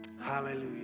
Hallelujah